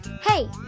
Hey